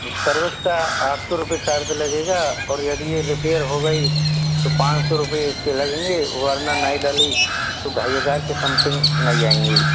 service का आठ सौ रुपए चार्ज लगेगा और यदि यह रिपेयर हो गई तो पाँच सौ रुपए इसके लगेंगे वरना नई डाली तो ढ़ाई हज़ार के समथिंग नई आएँगी